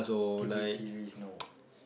t_v series no